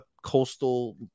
coastal